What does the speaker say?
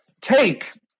take